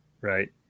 Right